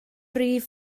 rhif